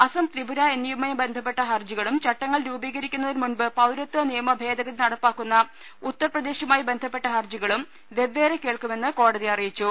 അസം ത്രിപുര എന്നിവയുമായി ബന്ധപ്പെട്ട ഹർജികളും ചട്ടങ്ങൾ രൂപീകരിക്കുന്നതിന് മുമ്പ് പൌരത്വ നിയമ ഭേദഗതി നടപ്പാക്കുന്ന ഉത്തർപ്രദേശുമായി ബന്ധപ്പെട്ട ഹർജികളും വെവ്വേറെ കേൾക്കുമെന്ന് കോടതി അറിയിച്ചു